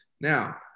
Now